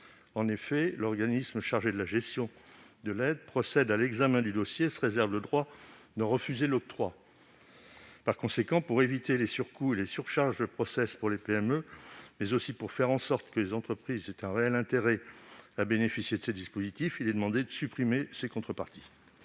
: l'organisme chargé de la gestion de l'aide procède à l'examen des dossiers et se réserve le droit de refuser l'octroi d'une aide. Par conséquent, pour éviter les surcoûts et les surcharges de travail pour les PME, mais aussi pour faire en sorte que les entreprises aient un réel intérêt à bénéficier de ces dispositifs, il est demandé, au travers de cet